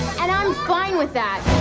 and i am fine with that!